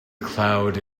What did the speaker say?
cloud